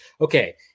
okay